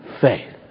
faith